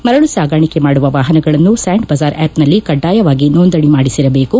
ಮರಳು ಸಾಗಾಣಿಕೆ ಮಾಡುವ ವಾಪನಗಳನ್ನು ಸ್ಕಾಂಡ್ ಬಜಾರ್ ಆ್ಯಪ್ನಲ್ಲಿ ಕಡ್ಡಾಯವಾಗಿ ನೋಂದಣಿ ಮಾಡಿಸಿರಬೇಕು